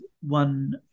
one